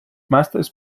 masters